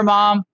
Mom